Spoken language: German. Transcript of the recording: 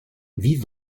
wie